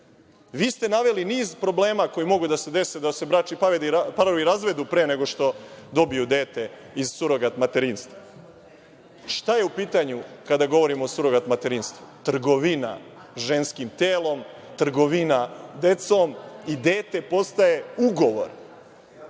Vi ste naveli niz problema koji mogu da se dese, da se bračni parovi razvedu pre nego što dobiju dete iz surogat materinstva. Šta je u pitanju kada govorimo o surogat materinstvu? Trgovina ženskim telom, trgovina decom i dete postaje ugovor.